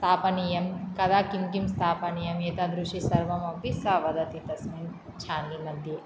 स्थापनीयं कदा किं किं स्थापनीयम् एतादृशी सर्वम् अपि सा वदति तस्मिन् चेनल् मध्ये